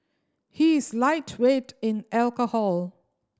he is lightweight in alcohol